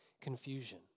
confusion